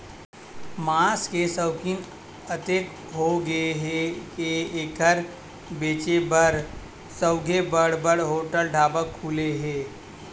मांस के सउकिन अतेक होगे हे के एखर बेचाए बर सउघे बड़ बड़ होटल, ढाबा खुले हे